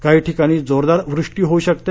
काही ठिकाणी जोरदार वृष्टी होऊ शकते